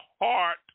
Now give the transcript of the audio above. heart